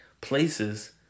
places